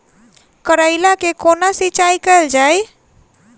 करैला केँ कोना सिचाई कैल जाइ?